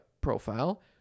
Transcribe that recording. profile